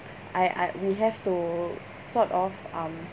I I we have to sort of um